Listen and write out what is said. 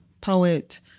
poet